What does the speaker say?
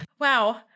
Wow